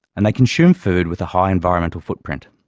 and they consume food with a high environmental footprint,